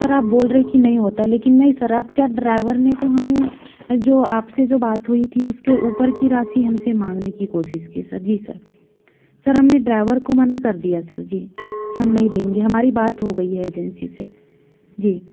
sir आप बोल रहे कि नहीं होता लेकिन नहीं सर आप क्या ड्राइवर ने तो हमें जो आपसे जो बात हुई थी उसके ऊपर की राशि हमसे मांगने की कोशिश की सर जी सर सर हमने ड्राइवर को मना कर दिया सर जी कि हम नहीं देंगे हमारी बात ही गई है एजेंसी से जी